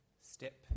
step